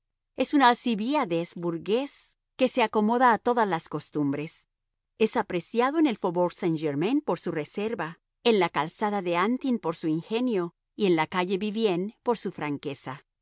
es un alcibíades burgués que se acomoda a todas las costumbres es apreciado en el faubourg saint-germain por su reserva en la calzada de antin por su ingenio y en la calle vivienne por su franqueza